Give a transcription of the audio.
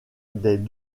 des